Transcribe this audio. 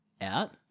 out